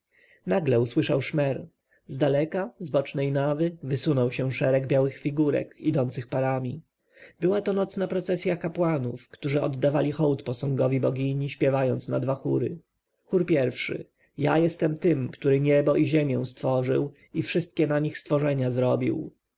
nagle usłyszał szmer zdaleka z bocznej nawy wysunął się szereg białych figurek idących parami była to nocna procesja kapłanów którzy oddawali hołd posągowi bogini śpiewając na dwa chóry chór i ja jestem tym który niebo i ziemię stworzył i wszystkie na nich stworzenia zrobił